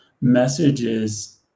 messages